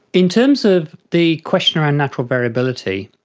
in terms of the question around natural variability,